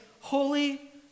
holy